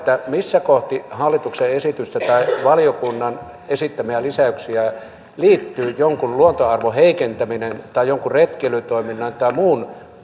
mihin kohtaan hallituksen esitystä tai valiokunnan esittämiä lisäyksiä liittyy jonkin luontoarvon heikentäminen tai jonkin retkeilytoiminnan tai muun